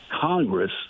Congress